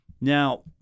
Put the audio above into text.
Now